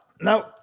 no